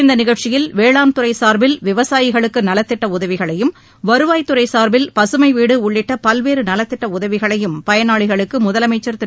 இந்த நிகழ்ச்சியில் வேளாண்துறை சார்பில் விவசாயிகளுக்கு நலத்திட்ட உதவிகளையும் வருவாய்த்துறை சார்பில் பசுமை வீடு உள்ளிட்ட பல்வேறு நலத்திட்ட உதவிகளையும் பயனாளிகளுக்கு முதலமைச்சர் திரு